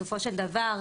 בסופו של דבר,